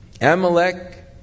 Amalek